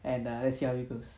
and err let's see how it goes